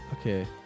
Okay